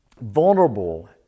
vulnerable